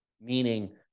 meaning